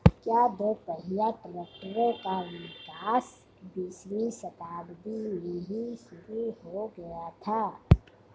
क्या दोपहिया ट्रैक्टरों का विकास बीसवीं शताब्दी में ही शुरु हो गया था?